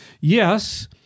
yes—